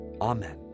Amen